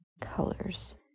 colors